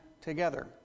together